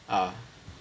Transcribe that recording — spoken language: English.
ah